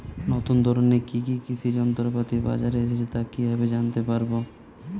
নতুন ধরনের কি কি কৃষি যন্ত্রপাতি বাজারে এসেছে তা কিভাবে জানতেপারব?